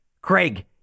Craig